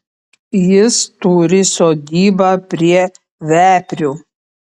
jis turi sodybą prie veprių